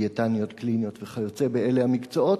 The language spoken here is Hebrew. דיאטניות קליניות וכיוצא באלה מקצועות,